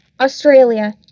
Australia